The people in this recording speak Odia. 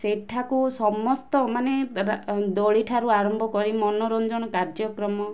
ସେଠାକୁ ସମସ୍ତ ମାନେ ଦୋଳିଠାରୁ ଆରମ୍ଭ କରି ମନୋରଞ୍ଜନ କାର୍ଯ୍ୟକ୍ରମ